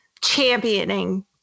championing